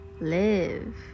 Live